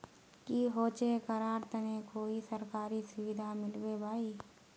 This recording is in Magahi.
की होचे करार तने कोई सरकारी सुविधा मिलबे बाई?